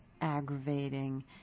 aggravating